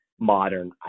modern